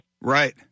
Right